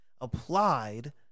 applied